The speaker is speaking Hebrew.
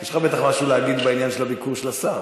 יש לך בטח משהו להגיד בעניין ביקור השר.